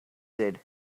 said